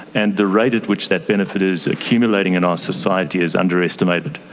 and the rate at which that benefit is accumulating in our society is underestimated.